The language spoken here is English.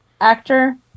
actor